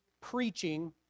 preaching